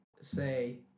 say